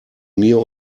mir